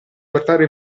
portare